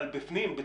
אבל בפנים,